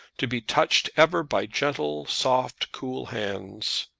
to be touched ever by gentle, soft, cool hands.